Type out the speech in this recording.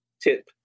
tip